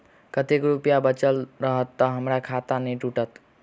कतेक रुपया बचल रहत तऽ हम्मर खाता नै टूटत?